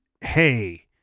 hey